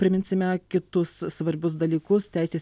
priminsime kitus svarbius dalykus teisės